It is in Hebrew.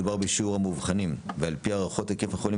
מדובר בשיעור המאובחנים אך על-פי ההערכות היקף החולים